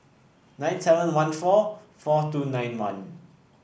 nine seven one four four two nine one